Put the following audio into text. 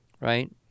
right